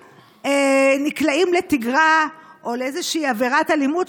נקלעים לתגרה או לאיזושהי עבירת אלימות,